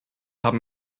haben